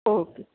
okay